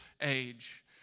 age